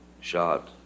shot